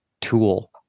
tool